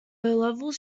levels